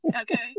Okay